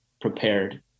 prepared